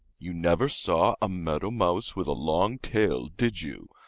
you never saw a meadow mouse with a long tail, did you?